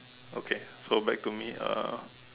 okay so back to me uh